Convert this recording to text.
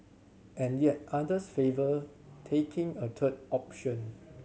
and yet others favour taking a third option